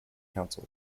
council